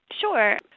Sure